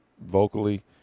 vocally